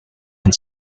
and